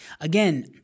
Again